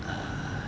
err